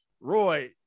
Roy